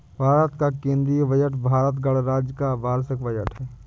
भारत का केंद्रीय बजट भारत गणराज्य का वार्षिक बजट है